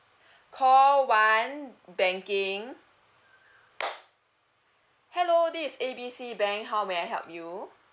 call one banking hello this is A B C bank how may I help you